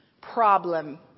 problem